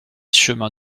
chemin